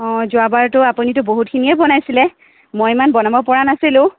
অঁ যোৱাবাৰতো আপুনিতো বহুতখিনিয়ে বনাইছিলে মই ইমান বনাব পৰা নাছিলো